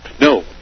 No